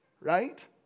right